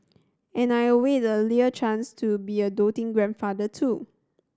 and I await earlier chance to be a doting grandfather too